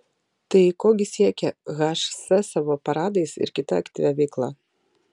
tai ko gi siekia hs savo paradais ir kita aktyvia veikla